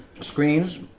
Screens